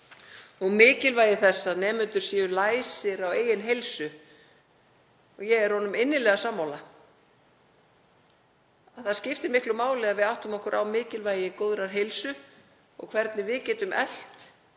mikilvægi þess að nemendur séu læsir á eigin heilsu. Ég er honum innilega sammála. Það skiptir miklu máli að við áttum okkur á mikilvægi góðrar heilsu og hvernig við getum eflt